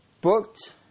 booked